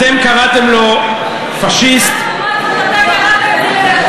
אתם קראתם לו "פאשיסט" אתה קראת את זה לרבין,